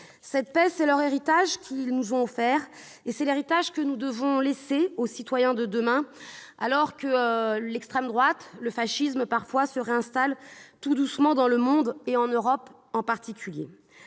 Cette paix, c'est l'héritage qu'ils nous offrent et c'est celui que nous devons laisser aux citoyens de demain, alors que l'extrême droite- le fascisme parfois -se réinstalle tout doucement dans le monde, en Europe en particulier.